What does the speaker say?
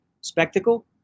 spectacle